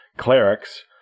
clerics